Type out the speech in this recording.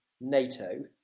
NATO